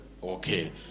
Okay